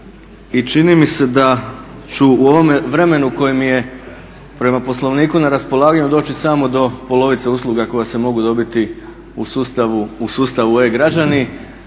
I čini mi se da ću u ovome vremenu koje mi je prema Poslovniku na raspolaganju doći samo do polovice usluga koje se mogu dobiti u sustavu e-građani.